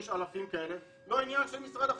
זה לא עניין של משרד החינוך,